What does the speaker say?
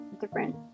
different